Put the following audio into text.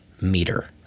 meter